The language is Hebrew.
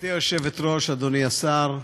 גברתי היושבת-ראש, אדוני השר,